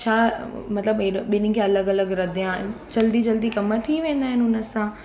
छा मतिलबु एॾो ॿिन्हनि खे अलॻि अलॻि रधियां जल्दी जल्दी कम थी वेंदा आहिनि उन सां